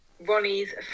Ronnie's